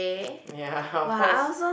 ya of course